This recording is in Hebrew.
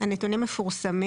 הנתונים מפורסמים.